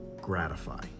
gratify